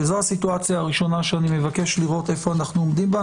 זאת הסיטואציה הראשונה שאני מבקש לראות איפה אנחנו עומדים בה.